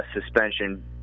suspension